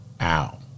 Ow